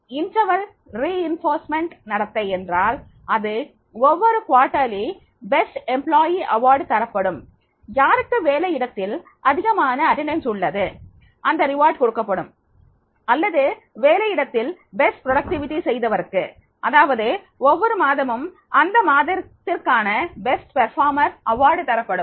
இடைவெளி வலுவூட்டல் நடத்தை என்றால் அது ஒவ்வொரு காலாண்டு சிறந்த ஊழியர் விருது தரப்படும் யாருக்கு வேலை இடத்தில் அதிகமான வருகை உள்ளது அந்த விருது கொடுக்கப்படும் அல்லது வேலையிடத்தில் சிறந்த உற்பத்தி திறன்செய்தவருக்கு அதாவது ஒவ்வொரு மாதமும் அந்த மாதத்திற்கான சிறந்த செயலாக்குபவர் விருது தரப்படும்